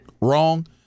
wrong